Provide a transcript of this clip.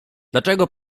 dlaczego